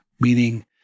meaning